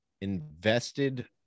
invested